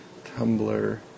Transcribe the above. Tumblr